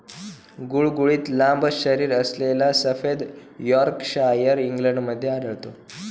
गुळगुळीत लांब शरीरअसलेला सफेद यॉर्कशायर इंग्लंडमध्ये आढळतो